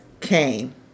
came